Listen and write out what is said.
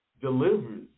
delivers